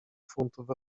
funtów